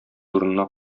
урынына